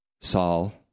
Saul